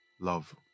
love